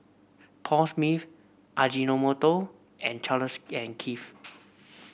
Paul Smith Ajinomoto and Charles and Keith